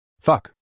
Fuck